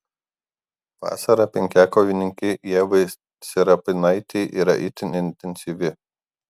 vasara penkiakovininkei ieva serapinaitei yra itin intensyvi